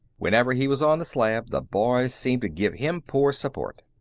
whenever he was on the slab the boys seemed to give him poor support.